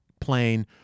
plane